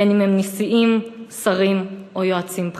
בין שהם נשיאים, שרים או יועצים בכירים.